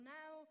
now